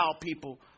people